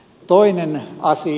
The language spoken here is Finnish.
toinen asia